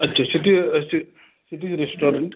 अच्छा शिटी शि city restaurant